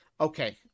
Okay